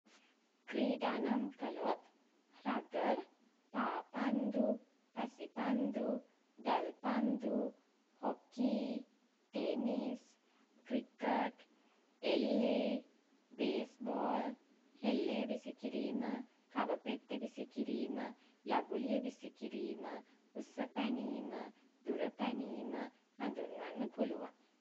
ක්‍රීඩා නම් කළොත් රගර් පා පන්දු පැසි පන්දු දැල් පන්දු හොකී ටෙනිස් ක්‍රිකට් එල්ලේ බේස් බෝල් හෙල්ලය විසි කිරීම කව පෙත්ත විසි කිරීම යගුලිය විසි කිරීම උස පැනීම දුර පැනීම හඳුන්වන්න පුළුවන්